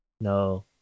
No